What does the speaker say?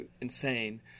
insane